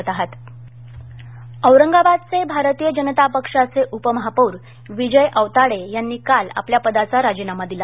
औरंगाबाद औरंगाबादचे भारतीय जनता पक्षाचे उपमहापौर विजय औताडे यांनी काल आपल्या पदाचा राजीनामा दिला